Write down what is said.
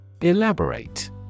Elaborate